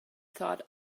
thought